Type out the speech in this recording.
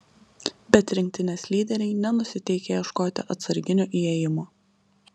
bet rinktinės lyderiai nenusiteikę ieškoti atsarginio įėjimo